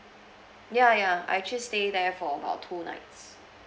ya ya I actually stay there for about two nights